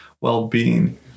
well-being